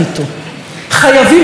חייבים לנצח איתו,